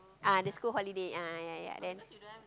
ah the school holiday ah ya ya then